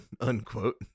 Unquote